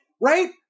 right